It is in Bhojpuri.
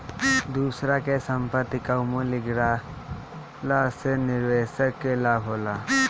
दूसरा के संपत्ति कअ मूल्य गिरला से निवेशक के लाभ होला